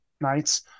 nights